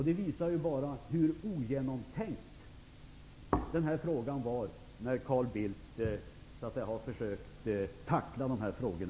Det visar bara hur ogenomtänkt frågan om aktieinnehavet varit när Carl Bildt har försökt tackla den.